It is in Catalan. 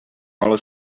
hola